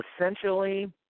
essentially